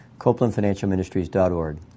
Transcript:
copelandfinancialministries.org